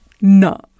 no